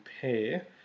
pair